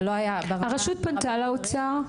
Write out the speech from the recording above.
אבל לא היה ברמה --- הרשות פנתה לאוצר?